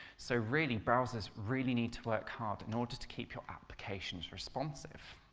so really browsers really need to work hard in order to keep your applications responsive.